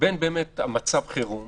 בין מצב החירום